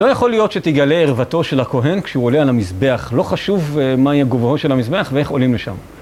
לא יכול להיות שתגלה ערוותו של הכהן כשהוא עולה על המזבח, לא חשוב מה היה גובהו של המזבח ואיך עולים לשם.